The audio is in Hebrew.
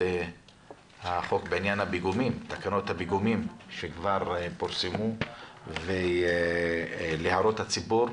החוק בעניין תקנות הפיגומים שכבר פורסמו להערות הציבור.